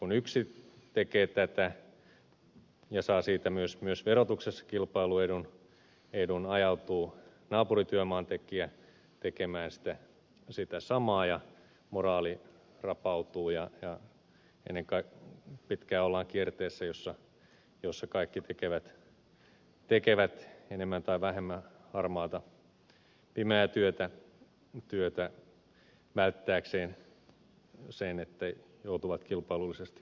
kun yksi tekee tätä ja saa siitä myös verotuksessa kilpailuedun ajautuu naapurityömaan työntekijä tekemään sitä samaa ja moraali rapautuu ja ennen pitkää ollaan kierteessä jossa kaikki tekevät enemmän tai vähemmän harmaata pimeää työtä välttääkseen sen että joutuvat kilpailullisesti huonompaan asemaan kuin muut